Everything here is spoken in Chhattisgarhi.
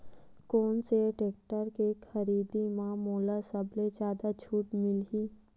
कोन से टेक्टर के खरीदी म मोला सबले जादा छुट मिलही?